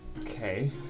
Okay